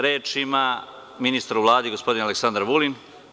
Reč ima ministar u Vladi, gospodin Aleksandar Vulin.